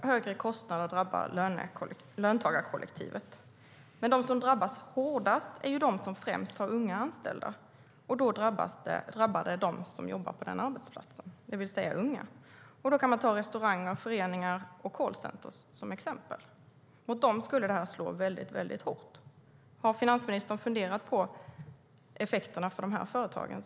Herr talman! Ja, högre kostnader drabbar löntagarkollektivet. Men de som drabbas hårdast är de som främst har unga anställda. Då drabbar det också dem som jobbar på den arbetsplatsen, det vill säga unga. Man kan ta restauranger, föreningar och callcenter som exempel. Mot dem skulle detta slå väldigt hårt. Har finansministern funderat på effekterna för de här företagen?